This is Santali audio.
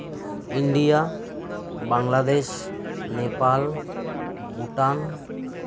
ᱤᱱᱰᱤᱭᱟ ᱵᱟᱝᱞᱟᱫᱮᱥ ᱱᱮᱯᱟᱞ ᱵᱷᱩᱴᱟᱱ